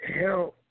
help